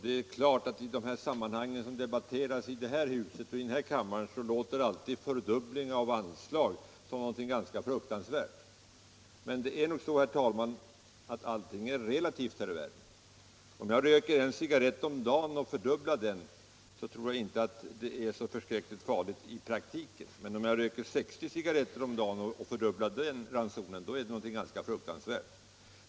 Det är klart att vid debatterna här i kammaren låter alltid en fördubbling av ett anslag som någonting ganska fruktansvärt. Men det är nog så, herr talman, att allting är relativt här i världen. Om jag röker en cigarrett om dagen och fördubblar det antalet så tror jag inte att det är så förskräckligt farligt i praktiken. Röker jag däremot 60 cigarretter om dagen och fördubblar den ransonen, då är det någonting ganska fruktansvärt.